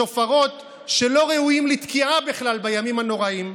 שופרות שלא ראויים לתקיעה בכלל בימים הנוראים,